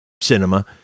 cinema